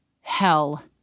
hell